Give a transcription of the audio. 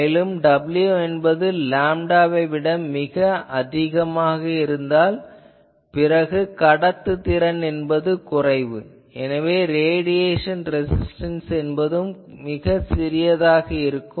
மேலும் w என்பது லேம்டாவை விட மிக அதிகமாக இருந்தால் பிறகு கடத்துதிறன் என்பது குறைவு எனவே ரேடியேஷன் ரெசிஸ்டன்ஸ் என்பதும் மிகச் சிறியதாக இருக்கும்